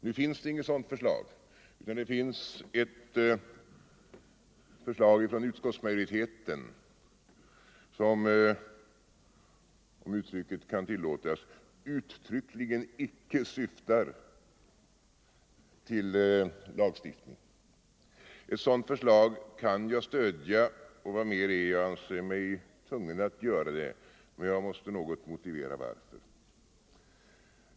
Nu föreligger det inget sådant, utan det finns ett förslag från utskottsmajoriteten som —- om formuleringen kan tillåtas — uttryckligen icke syftar till lagstiftning. Ett sådant förslag kan jag stödja, och — vad mer är — jag anser mig tvungen att stödja det, men jag måste något motivera detta.